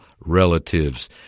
relatives